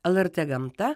lrt gamta